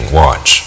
watch